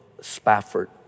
Spafford